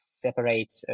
separate